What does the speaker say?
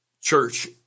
church